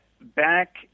back